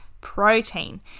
protein